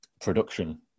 production